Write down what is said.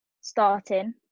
starting